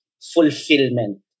fulfillment